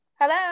Hello